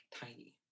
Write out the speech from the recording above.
tiny